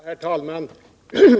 Herr talman!